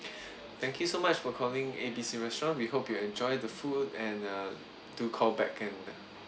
thank you so much for calling A B C restaurant we hope you enjoy the food and uh do call back and